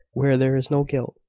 where there is no guilt.